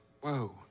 Whoa